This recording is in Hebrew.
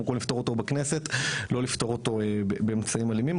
יכולים לפתור אותו בכנסת לא לפתור אותו באמצעים אלימים,